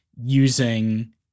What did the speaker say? using